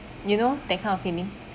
you know that kind of feeling